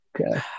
Okay